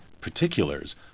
particulars